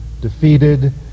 defeated